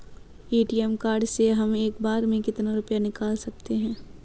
ATM card से हम एक बार में कितना रुपया निकाल सकते हैं?